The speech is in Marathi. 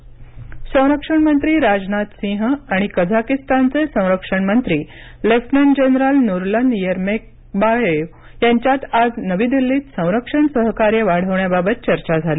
राजनाथ सिंह संरक्षण मंत्री राजनाथ सिंह आणि कझाकिस्तानचे संरक्षण मंत्री लेफ्टनंट जनरल नुरलन येरमेक्बायेव यांच्यात आज नवी दिल्लीत संरक्षण सहकार्य वाढवण्याबाबत चर्चा झाली